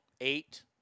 eight